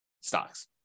stocks